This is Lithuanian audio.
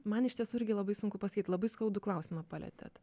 man iš tiesų irgi labai sunku pasakyt labai skaudų klausimą palietėt